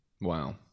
Wow